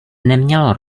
nemělo